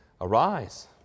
Arise